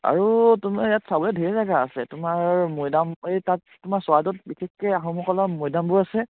আৰু তোমাৰ ইয়াত চাবলে ঢেৰ জেগা আছে তোমাৰ মৈদাম এই তাত তোমাৰ চৰাইদেউত বিশেষকে আহোমসকলৰ মৈদামবোৰ আছে